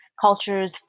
cultures